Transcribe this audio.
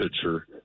pitcher